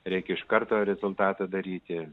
reikia iš karto rezultatą daryti